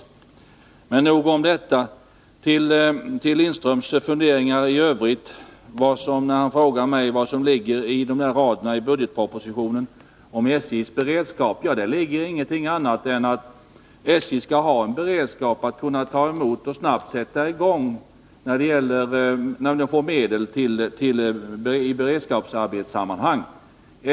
Nog om detta. Beträffande Ralf Lindströms funderingar i övrigt och till svar på hans fråga om innebörden i de av honom citerade raderna ur budgetpropositionen om SJ:s beredskap vill jag säga att meningen är den, att SJ skall ha en beredskap att snabbt kunna sätta i gång arbeten, när medel anvisas i beredskapssammanhang.